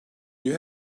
you